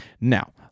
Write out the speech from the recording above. Now